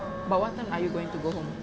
but what time are you going to go home